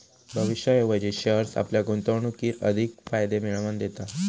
भविष्याऐवजी शेअर्स आपल्या गुंतवणुकीर अधिक फायदे मिळवन दिता